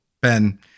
Ben